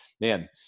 man